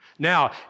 Now